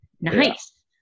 Nice